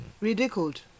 ridiculed